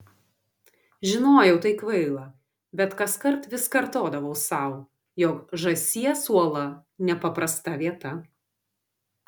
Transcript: žinojau tai kvaila bet kaskart vis kartodavau sau jog žąsies uola nepaprasta vieta